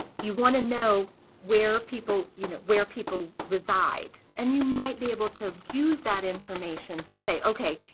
you want to know where people you know where people reside and you might be able to use that information to say okay,